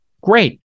great